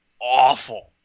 awful